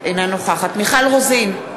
אינה נוכחת מיכל רוזין,